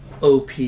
OP